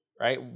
right